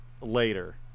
later